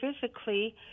physically